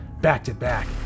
back-to-back